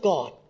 God